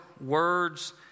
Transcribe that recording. words